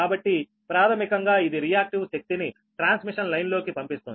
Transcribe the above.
కాబట్టి ప్రాథమికంగా ఇది రియాక్టివ్ శక్తిని ట్రాన్స్మిషన్ లైన్లోకి పంపిస్తుంది